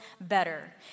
better